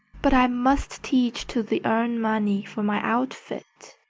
but i must teach to the earn money for my outfit.